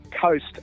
coast